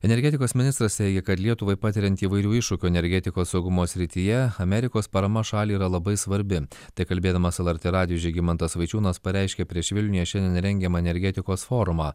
energetikos ministras teigia kad lietuvai patiriant įvairių iššūkių energetikos saugumo srityje amerikos parama šaliai yra labai svarbi tai kalbėdamas lrt radijui žygimantas vaičiūnas pareiškė prieš vilniuje šiandien rengiamą energetikos forumą